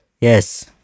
yes